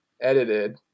edited